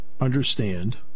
understand